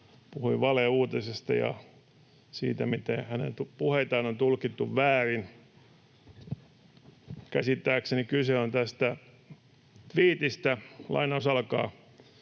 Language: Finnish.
puhui valeuutisesta ja siitä, miten hänen puheitaan on tulkittu väärin. Käsittääkseni kyse on tästä tviitistä: ”Julkisuudessa